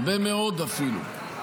הרבה מאוד אפילו,